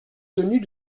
tenu